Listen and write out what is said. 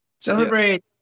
celebrate